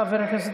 חבר הכנסת